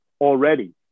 already